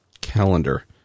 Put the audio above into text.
calendar